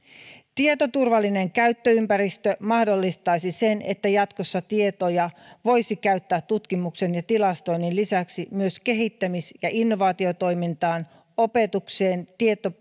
tietoturvallinen käyttöympäristö mahdollistaisi sen että jatkossa tietoja voisi käyttää tutkimuksen ja tilastoinnin lisäksi kehittämis ja innovaatiotoimintaan opetukseen